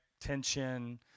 tension